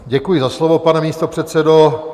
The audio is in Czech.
Děkuji za slovo, pane místopředsedo.